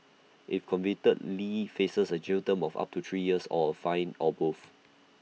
if convicted lee faces A jail term of up to three years or A fine or both